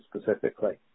specifically